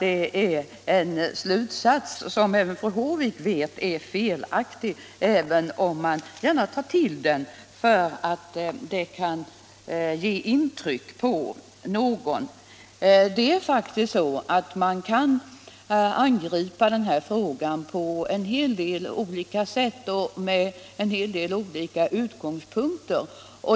Det är ett påstående som fru Håvik vet är felaktigt, även om hon gärna tar till det för att det kan göra intryck på någon. Man kan faktiskt angripa den här frågan på flera olika sätt och från en hel del olika utgångspunkter.